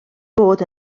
bod